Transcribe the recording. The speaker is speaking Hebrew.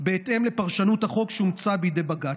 בהתאם לפרשנות החוק שאומצה בידי בג"ץ.